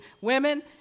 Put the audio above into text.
women